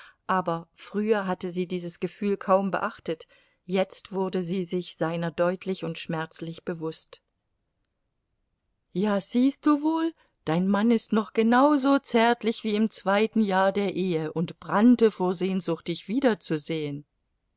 aber früher hatte sie dieses gefühl kaum beachtet jetzt wurde sie sich seiner deutlich und schmerzlich bewußt ja siehst du wohl dein mann ist noch genau so zärtlich wie im zweiten jahr der ehe und brannte vor sehnsucht dich wiederzusehen